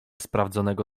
sprawdzonego